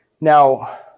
Now